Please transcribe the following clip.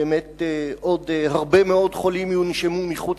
באמת עוד הרבה מאוד חולים יונשמו מחוץ